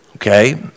Okay